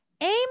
Aim